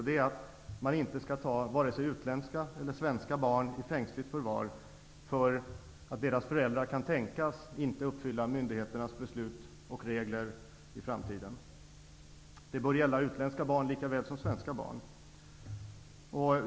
Det är att man inte skall ta vare sig utländska eller svenska barn i förvar därför att deras föräldrar kan tänkas inte uppfylla myndigheternas beslut och regler i framtiden. Detta bör gälla utländska barn lika väl som svenska barn.